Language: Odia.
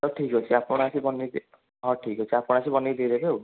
ହଉ ଠିକ୍ ଅଛି ଆପଣ ଆସି ବନେଇବେ ହଁ ଠିକ୍ ଅଛି ଆପଣ ଆସି ବନେଇ ଦେବେ ଆଉ